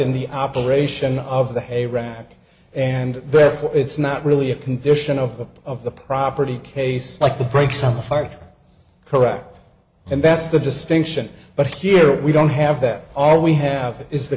in the operation of the hay ramp and therefore it's not really a condition of of the property case like the brakes something like correct and that's the distinction but here we don't have that all we have is the